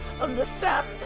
understand